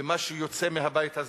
ומה שיוצא מהבית הזה,